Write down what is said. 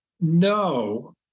No